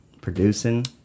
producing